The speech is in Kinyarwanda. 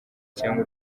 cyangwa